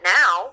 now